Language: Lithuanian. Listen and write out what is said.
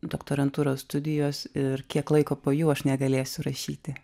doktorantūros studijos ir kiek laiko po jų aš negalėsiu rašyti